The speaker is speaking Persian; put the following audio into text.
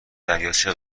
دریاچه